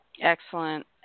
Excellent